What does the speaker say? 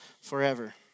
forever